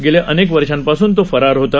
गेल्या अनेक वर्षापासून तो फरार होता